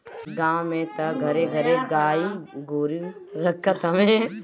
गांव में तअ घरे घरे गाई गोरु रखत हवे